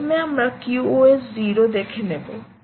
প্রথমে আমরা QoS 0 দেখে নেবো